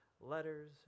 letters